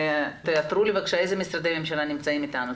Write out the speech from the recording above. תאתרו לי בבקשה אילו משרדי ממשלה נמצאים איתנו,